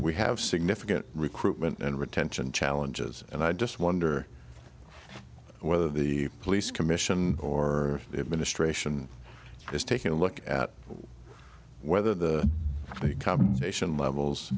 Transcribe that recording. we have significant recruitment and retention challenges and i just wonder whether the police commission or administration is taking a look at whether the nation levels